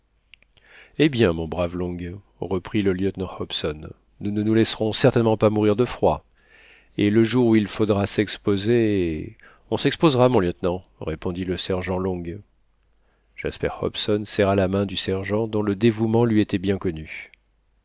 eh bien mon brave long reprit le lieutenant hobson nous ne nous laisserons certainement pas mourir de froid et le jour où il faudra s'exposer on s'exposera mon lieutenant répondit le sergent long jasper hobson serra la main du sergent dont le dévouement lui était bien connu